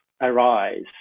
arise